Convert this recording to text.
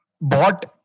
bought